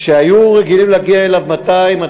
שהיו רגילים להגיע בו 200,000,